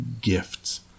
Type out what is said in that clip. gifts